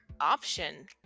option